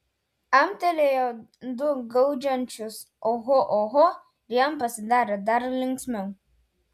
amtelėjo du gaudžiančius oho oho ir jam pasidarė dar linksmiau